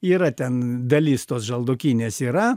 yra ten dalis tos žaldokynės yra